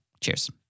Cheers